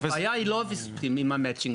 הבעיה היא לא הויסותים עם המצ'ינג,